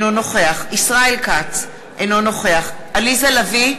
אינו נוכח ישראל כץ, אינו נוכח עליזה לביא,